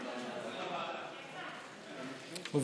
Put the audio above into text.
ההצבעה.